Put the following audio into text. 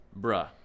bruh